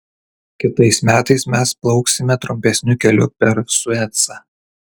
kitais metais mes plauksime trumpesniu keliu per suecą